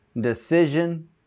decision